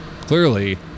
clearly